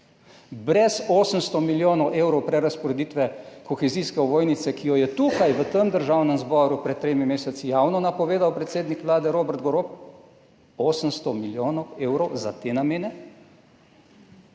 brez 800 milijonov evrov prerazporeditve kohezijske ovojnice, ki jo je tukaj v Državnem zboru pred tremi meseci javno napovedal predsednik Vlade Robert Golob. 800 milijonov evrov za te namene,